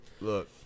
Look